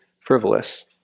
frivolous